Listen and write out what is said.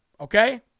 okay